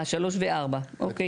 3 ו-4, אוקיי.